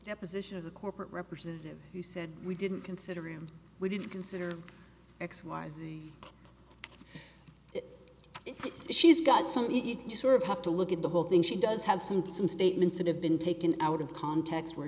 the position of the corporate representative who said we didn't consider him we did consider x y z she's got some each you sort of have to look at the whole thing she does have some some statements that have been taken out of context where